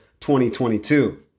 2022